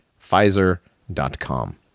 pfizer.com